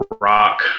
rock